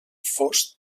fost